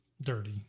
dirty